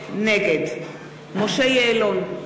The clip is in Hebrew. נגד משה יעלון,